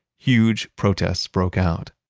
huge protests broke out.